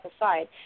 aside